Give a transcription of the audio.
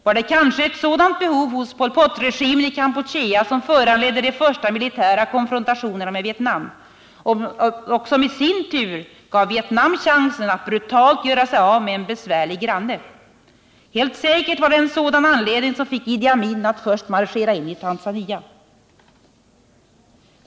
Var det kanske ett sådant behov hos Pol Pot-regimen i Kampuchea som föranledde de första militära konfrontationerna med Vietnam och som i sin tur gav Vietnam chansen att brutalt göra sig av med en besvärlig granne? Helt säkert var det en sådan anledning som fick Idi Amin att först marschera in i Tanzania.